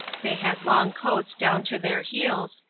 they had long coats down to their heels,